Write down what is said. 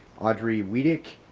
audrey redic,